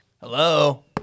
Hello